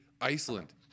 Iceland